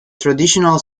traditional